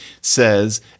says